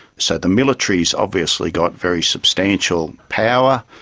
so the military has obviously got very substantial power,